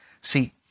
See